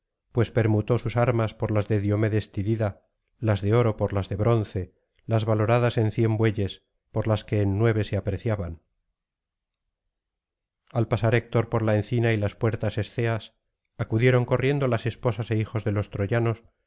glauco pues'permutó sus armas por las de diomedes tidida las de oro por las de bronce las valoradas en cien bueyes por las que en nueve se apreciaban al pasar héctor por la encina y las puertas esceas acudieron corriendo las esposas é hijos de los troyanos